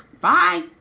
Bye